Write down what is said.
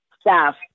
staff